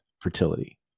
fertility